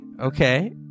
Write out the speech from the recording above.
okay